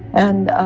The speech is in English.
and